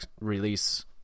release